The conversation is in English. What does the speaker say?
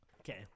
Okay